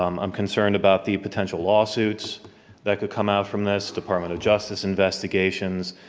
i'm concerned about the potential lawsuits that could come out from this, department of justice investigations.